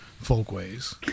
folkways